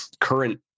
current